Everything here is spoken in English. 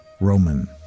Roman